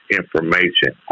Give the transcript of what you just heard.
information